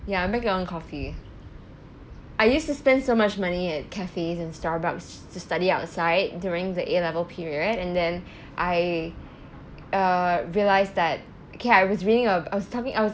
ya make your own coffee I used to spend so much money at cafes and starbucks to study outside during the A level period and then I uh realised that okay I was reading a~ I was talking I was